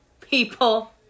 people